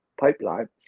pipeline